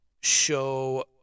show